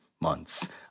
months